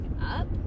up